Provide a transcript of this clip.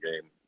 game